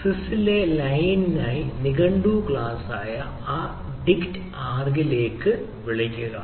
sys ലെ ലൈനിനായി നിഘണ്ടു ക്ലാസായ ഈ ഡിക്റ്റ് ആർഗിനെ വിളിക്കുക